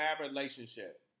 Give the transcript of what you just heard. relationship